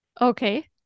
Okay